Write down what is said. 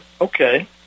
Okay